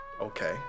okay